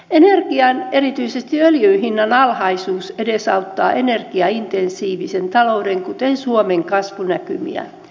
energian erityisesti öljyn hinnan alhaisuus edesauttaa energiaintensiivisen talouden kuten suomen kasvunäkymiä